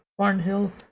Barnhill